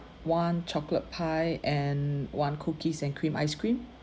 one chocolate pie and one cookies and cream ice cream